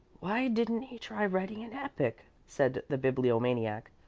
why didn't he try writing an epic? said the bibliomaniac.